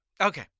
Okay